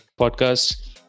podcast